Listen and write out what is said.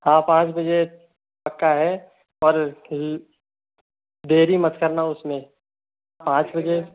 हाँ पांच बजे पक्का है और डेरी मत करना उसमें पाँच बजे